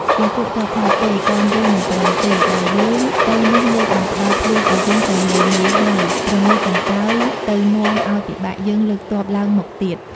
គីង្គក់តបថា” ទេ! កនយើងមិនព្រមទេ បើយើងទៅនោះលោកនឹងផ្តល់ភ្លៀងឱ្យយើងតែមួយមេហើយព្រងើយកន្តើយទៅ នាំឱ្យពិបាកយើងលើកទ័ពឡើងមកទៀត។